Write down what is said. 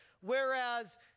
Whereas